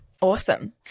Awesome